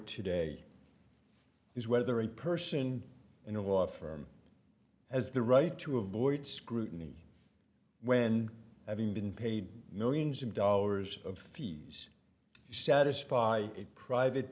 today is whether a person in a while for him has the right to avoid scrutiny when having been paid millions of dollars of fees satisfy a private